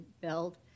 build